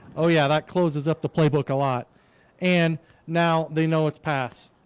oh, yeah that closes up the playbook a lot and now they know it's passed.